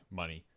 money